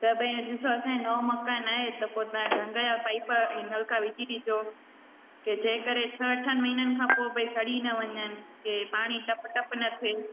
त भई ॾिसो असांजे नओ मकान आहे त पोइ तव्हां ढ़ंग जा पाइप ऐं नलका विझी ॾिजो के जे करे छह अठनि महिननि खां पोइ भई सड़ी न वञनि के पाणी टप टप न थिए